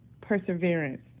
perseverance